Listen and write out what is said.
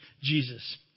Jesus